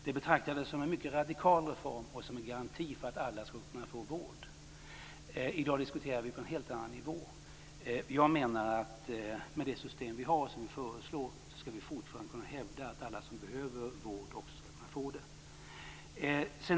Det betraktades som en mycket radikal reform och som en garanti för att alla skulle kunna få vård. I dag diskuterar vi på en helt annan nivå. Jag menar att vi, med det system som vi föreslår, fortfarande skall kunna hävda att alla som behöver vård också skall kunna få det.